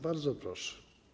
Bardzo proszę.